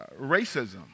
racism